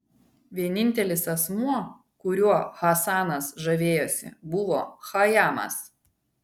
vienintelis asmuo kuriuo hasanas žavėjosi buvo chajamas